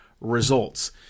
results